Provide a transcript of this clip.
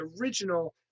original